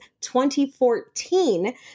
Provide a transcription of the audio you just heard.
2014